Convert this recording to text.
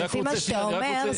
אז מה שאתה אומר,